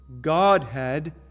Godhead